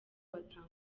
batanga